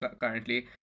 currently